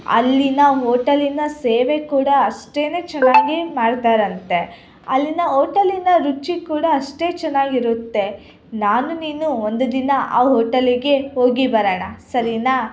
ಅಲ್ಲಿಯ ಹೋಟಲಿನ ಸೇವೆ ಕೂಡ ಅಷ್ಟೇ ಚೆನ್ನಾಗಿ ಮಾಡ್ತಾರಂತೆ ಅಲ್ಲಿಯ ಓಟಲಿನ ರುಚಿ ಕೂಡ ಅಷ್ಟೇ ಚೆನ್ನಾಗಿರುತ್ತೆ ನಾನು ನೀನು ಒಂದು ದಿನ ಆ ಹೋಟಲಿಗೆ ಹೋಗಿ ಬರೋಣ ಸರಿನಾ